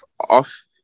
off